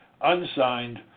unsigned